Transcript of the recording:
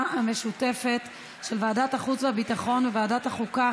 המשותפת של ועדת החוץ והביטחון וועדת החוקה,